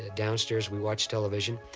downstairs we watched television.